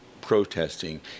protesting